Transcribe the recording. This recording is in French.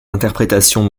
interprétations